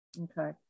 Okay